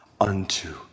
unto